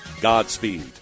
Godspeed